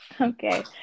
okay